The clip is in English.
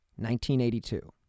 1982